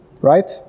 right